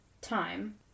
time